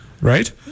right